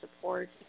support